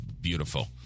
beautiful